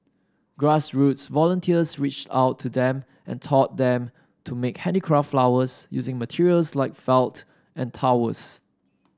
grass roots volunteers reached out to them and taught them to make handicraft flowers using materials like felt and towels